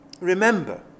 Remember